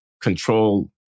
control